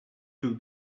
took